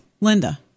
Linda